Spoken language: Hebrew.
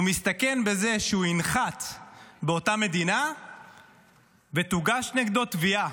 הוא מסתכן בזה שהוא ינחת באותה מדינה ותוגש נגדו תביעה.